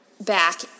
back